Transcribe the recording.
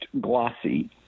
glossy